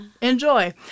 enjoy